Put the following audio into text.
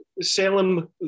Salem